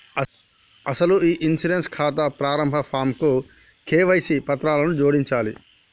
అసలు ఈ ఇన్సూరెన్స్ ఖాతా ప్రారంభ ఫాంకు కేవైసీ పత్రాలను జోడించాలి